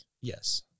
yes